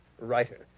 writer